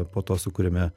po to sukūrėme